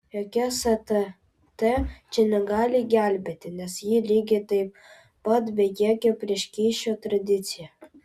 jokia stt čia negali gelbėti nes ji lygiai taip pat bejėgė prieš kyšio tradiciją